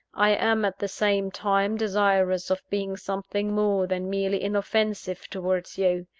i am at the same time desirous of being something more than merely inoffensive towards you.